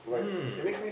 hmm